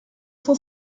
cent